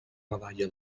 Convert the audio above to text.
medalla